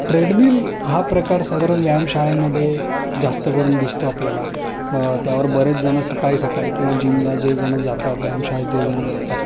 treadmill हा प्रकार साधारण व्यायामशाळेमध्ये जास्त करून दिसतो आपल्याला त्यावर बरेच जणं सकाळी सकाळी किंवा जिमला जे जणं जातात व्यायामशाळेत जे जणं जातात